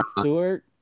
Stewart